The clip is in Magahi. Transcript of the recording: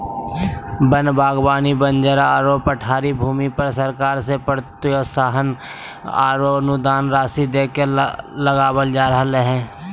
वन बागवानी बंजर आरो पठारी भूमि पर सरकार से प्रोत्साहन आरो अनुदान राशि देके लगावल जा रहल हई